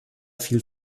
viel